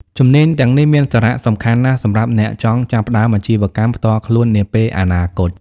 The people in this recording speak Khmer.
ជំនាញទាំងនេះមានសារៈសំខាន់ណាស់សម្រាប់អ្នកចង់ចាប់ផ្តើមអាជីវកម្មផ្ទាល់ខ្លួននាពេលអនាគត។